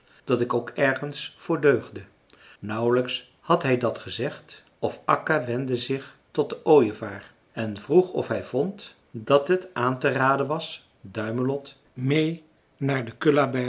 dat ik ook ergens voor deugde nauwelijks had hij dat gezegd of akka wendde zich tot den ooievaar en vroeg of hij vond dat het aan te raden was duimelot meê naar den